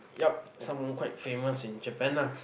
yup someone quite famous in Japan lah